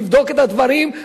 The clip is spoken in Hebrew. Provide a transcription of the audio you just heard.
תבדוק את הדברים,